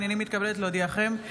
הינני מתכבדת להודיעכם,